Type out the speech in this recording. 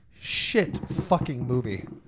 shit-fucking-movie